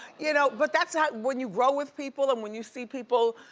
you know but that's ah when you grow with people and when you see people,